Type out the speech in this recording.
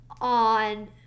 on